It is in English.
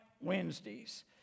Wednesdays